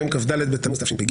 היום כ"ד בתמוז התשפ"ג.